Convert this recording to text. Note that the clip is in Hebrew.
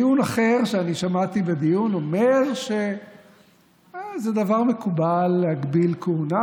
טיעון אחר ששמעתי בדיון אומר שזה דבר מקובל להגביל כהונה,